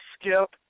Skip